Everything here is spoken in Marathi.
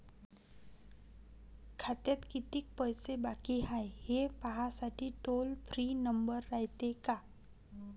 खात्यात कितीक पैसे बाकी हाय, हे पाहासाठी टोल फ्री नंबर रायते का?